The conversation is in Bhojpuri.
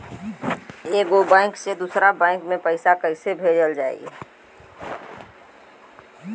एगो बैक से दूसरा बैक मे पैसा कइसे भेजल जाई?